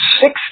six